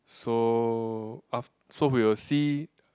so af~ so we will see